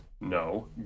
No